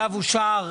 הצבעה אושר הצו אושר.